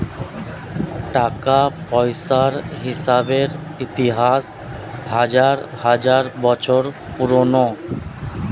টাকা পয়সার হিসেবের ইতিহাস হাজার হাজার বছর পুরোনো